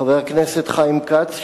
חבר הכנסת חיים כץ,